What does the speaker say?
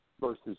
versus